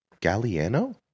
Galliano